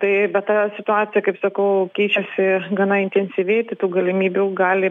tai be ta situacija kaip sakau keičiasi gana intensyviai tai tų galimybių gali